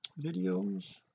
videos